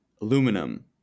aluminum